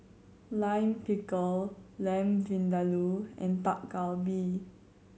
Lime Pickle Lamb Vindaloo and Dak Galbi